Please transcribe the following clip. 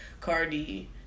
cardi